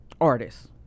artists